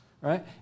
right